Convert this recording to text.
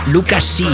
Lucas